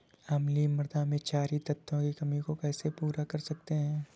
अम्लीय मृदा में क्षारीए तत्वों की कमी को कैसे पूरा कर सकते हैं?